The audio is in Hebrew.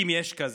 אם יש כזה,